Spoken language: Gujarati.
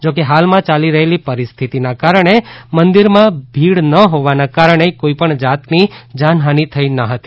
જોકે હાલમાં ચાલી રહેલી પરિસ્થિતિના કારણે મંદિરમાં ભીડ ન હોવાના કારણે કોઈપણ જાતની જાનહાની થઈ ન હતી